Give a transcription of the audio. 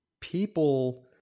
people